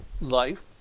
life